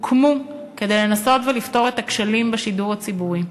הוקמו כדי לנסות לפתור את הכשלים בשידור הציבורי,